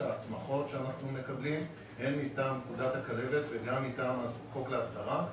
ההסמכות שאנחנו מקבלים הן מטעם פקודת הכלבת וגם מטעם החוק להסדרה,